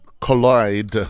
collide